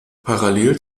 parallel